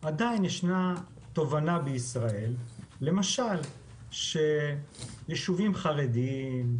עדיין ישנה תובנה בישראל למשל שיישובים חרדיים,